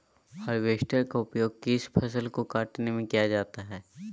Harvester का उपयोग किस फसल को कटने में किया जाता है?